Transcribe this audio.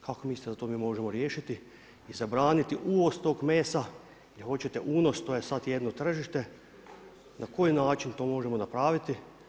Kako mislite da to mi možemo riješiti i zabraniti uvoz tog mjesta, jer hoćete unos, to je sad jedno tržište, na koji način to možemo napraviti.